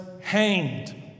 hanged